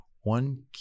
one